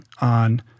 on